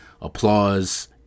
applause